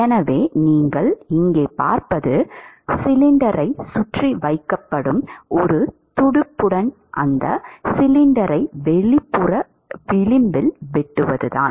எனவே நீங்கள் இங்கே பார்ப்பது சிலிண்டரைச் சுற்றி வைக்கப்படும் ஒரு துடுப்புடன் அந்த சிலிண்டரை வெளிப்புற விளிம்பில் வெட்டுவதுதான்